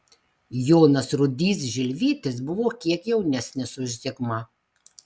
jonas rudys žilvytis buvo kiek jaunesnis už zigmą